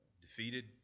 defeated